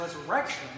resurrection—